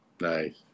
Nice